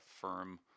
firm